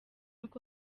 uko